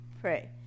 Pray